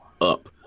up